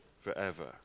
forever